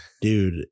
Dude